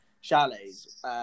chalets